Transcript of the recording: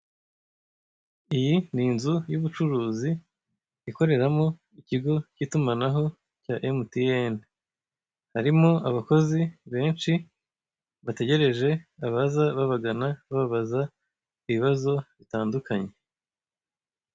Iyi ni inzu y'ubucuruzi ikoreramo ikigo cy'itumanaho cya MTN. Irimo abakozi benshi bategereje abaza babagana bababaza ibibazo bitandukanye.